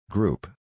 Group